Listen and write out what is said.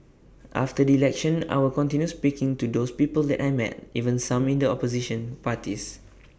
after the election I will continue speaking to these people that I met even some in the opposition parties